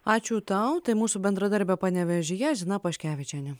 ačiū tau tai mūsų bendradarbė panevėžyje zina paškevičienė